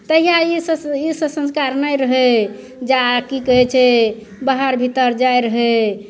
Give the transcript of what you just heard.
तहिआ ई ई सब संस्कार नहि रहय जा कि कहय छै बाहर भीतर जाय रहय